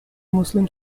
muslim